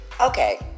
Okay